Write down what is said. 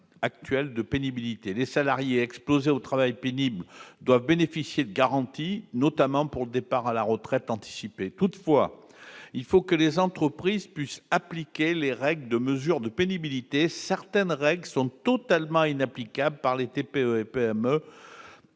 critères de pénibilité. Les salariés exposés au travail pénible doivent bénéficier de garanties, notamment en matière de départ à la retraite anticipée. Toutefois, il faut que les entreprises puissent appliquer les règles de mesure de la pénibilité ; or certaines d'entre elles sont totalement inapplicables par les TPE-PME.